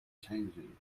changing